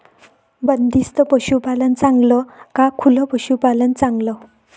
बंदिस्त पशूपालन चांगलं का खुलं पशूपालन चांगलं?